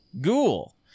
Ghoul